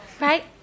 Right